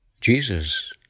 Jesus